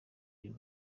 uyu